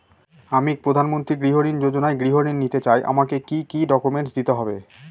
আমি প্রধানমন্ত্রী গৃহ ঋণ যোজনায় গৃহ ঋণ নিতে চাই আমাকে কি কি ডকুমেন্টস দিতে হবে?